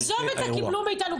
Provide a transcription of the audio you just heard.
עזוב את ה"קיבלו מאיתנו".